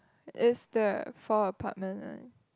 is the four apartment one